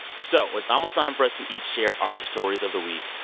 so it's almost time for us to each share our stories of the week.